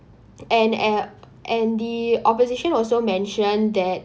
and uh and the opposition also mentioned that